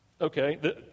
Okay